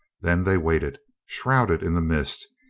then they waited, shrouded in the mist,